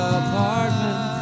apartment